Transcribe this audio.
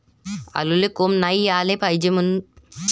आलूले कोंब नाई याले पायजे त का करा लागन?